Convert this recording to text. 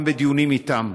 גם בדיונים איתם,